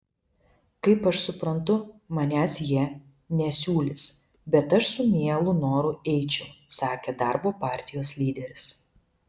kaip aš suprantu manęs jie nesiūlys bet aš su mielu noru eičiau sakė darbo partijos lyderis